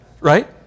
Right